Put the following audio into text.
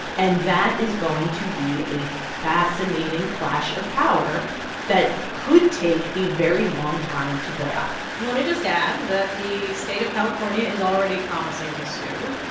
and that is going to be a fascinating clash of power that could take a very long time to play out and let me just add that the state of california is already promising to sue.